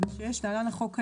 התשמ"ו-1986 (להלן, החוק העיקרי),